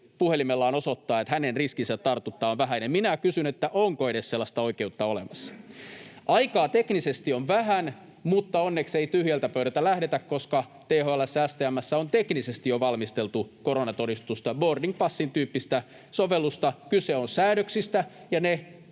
puhelimellaan osoittaa, että hänen riskinsä tartuttaa on vähäinen? Minä kysyn, onko sellaista oikeutta edes olemassa. Aikaa teknisesti on vähän, mutta onneksi ei tyhjältä pöydältä lähdetä, koska THL:ssä ja STM:ssä on teknisesti jo valmisteltu koronatodistusta, boarding passin tyyppistä sovellusta. Kyse on säädöksistä, ja ne